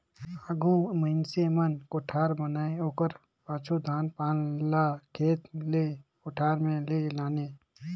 आघु मइनसे मन कोठार बनाए ओकर पाछू धान पान ल खेत ले कोठार मे लाने